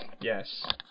Yes